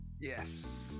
Yes